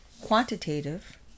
quantitative